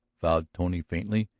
vowed tony faintly.